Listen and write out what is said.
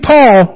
Paul